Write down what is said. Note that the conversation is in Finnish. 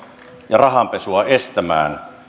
ja rahanpesua estämään